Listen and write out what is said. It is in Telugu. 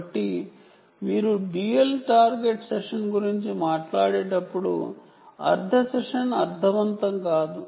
కాబట్టి మీరు డ్యూయల్ టార్గెట్ సెషన్ గురించి మాట్లాడేటప్పుడు సెషన్ అర్ధవంతం కాదు